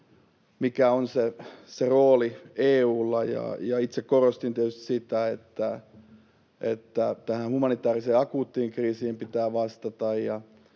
mikä on EU:n rooli. Itse korostin tietysti sitä, että tähän humanitääriseen akuuttiin kriisiin pitää vastata